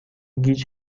گیج